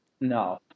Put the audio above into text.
no